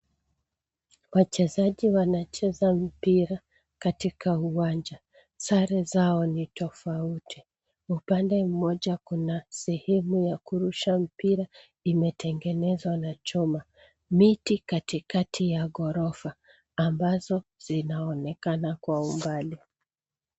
Wachezaji wanacheza mpira katika uwanja, sare zao ni tofauti, upande mmoja kuna sehemu ya kurusha mpira imetengenezwa na chuma .Miti katikati ya ghorofa ambazo zinaonekana kwa umbali.